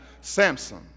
Samson